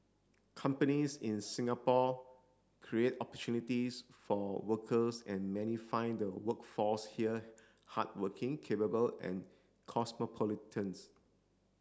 companies in Singapore create opportunities for workers and many find the workforce here hardworking capable and cosmopolitans